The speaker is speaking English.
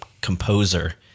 composer